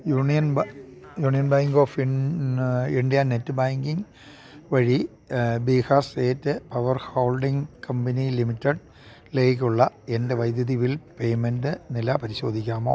union Bank of ഇന് India net banking വഴി Bihar state power holding company ലിമിറ്റഡി ലേക്കുള്ള എൻ്റെ വൈദ്യുതി ബിൽ പേയ്മെന്റ് നില പരിശോധിക്കാമോ